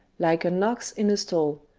like an ox in a stall,